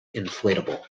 inflatable